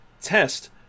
test